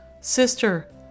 sister